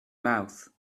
mouth